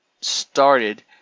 started